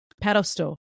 pedestal